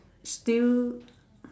still